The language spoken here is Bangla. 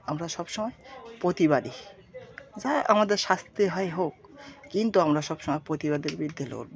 আমরা সব সময় প্রতিবাদী যাই হোক আমাদের শাস্তি হয় হোক কিন্তু আমরা সব সময় প্রতিবাদের বিরুদ্ধে লড়বো